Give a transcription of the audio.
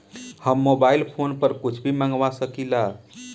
हम mobile phone पर कुछ भी मंगवा सकिला?